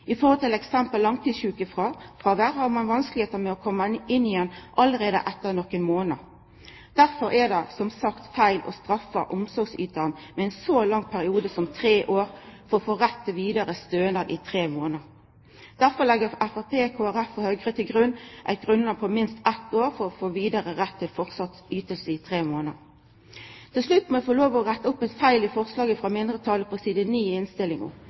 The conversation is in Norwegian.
har ein vanskar med å koma inn igjen i arbeidslivet allereie etter nokre månader. Derfor er det, som sagt, feil å straffa omsorgsytaren ved å ha ein så lang periode som tre år for å få rett til vidare stønad i tre månader. Derfor legg Framstegspartiet, Kristeleg Folkeparti og Høgre fram forslag om minst eit år for å få rett til vidare yting i tre månader. Til slutt må eg få lov til å retta opp ein feil i eit av forslaga frå mindretalet, på side 9 i innstillinga.